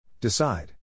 Decide